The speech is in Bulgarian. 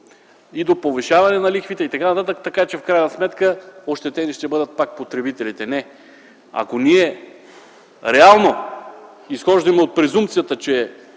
до повишаване на лихвите, така че в крайна сметка ощетени ще бъдат пак потребителите. Не – ако ние реално изхождаме от презумпцията, че